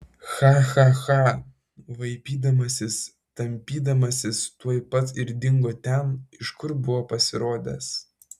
cha cha cha vaipydamasis tampydamasis tuoj pat ir dingo ten iš kur buvo pasirodęs